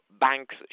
banks